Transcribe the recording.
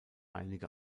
einige